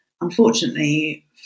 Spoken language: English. unfortunately